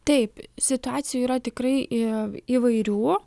taip situacijų yra tikrai į įvairių